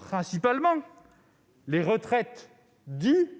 principalement les retraites dues